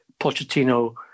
Pochettino